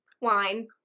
Wine